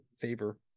favor